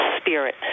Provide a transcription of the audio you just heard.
spirit